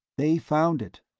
they found it.